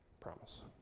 promise